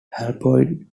haploid